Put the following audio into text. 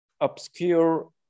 obscure